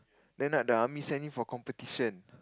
then the the army send him for competition